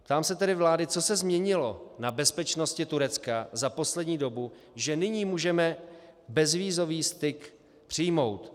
Ptám se tedy vlády: Co se změnilo na bezpečnosti Turecka za poslední dobu, že nyní můžeme bezvízový styk přijmout?